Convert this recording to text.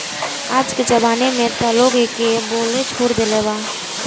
आजके जमाना में त लोग एके बोअ लेछोड़ देले बा